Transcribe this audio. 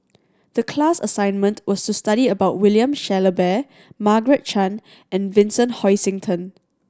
the class assignment was to study about William Shellabear Margaret Chan and Vincent Hoisington